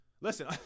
Listen